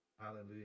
Hallelujah